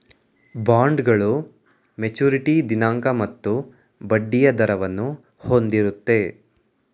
ಬಾಂಡ್ಗಳು ಮೆಚುರಿಟಿ ದಿನಾಂಕ ಮತ್ತು ಬಡ್ಡಿಯ ದರವನ್ನು ಹೊಂದಿರುತ್ತೆ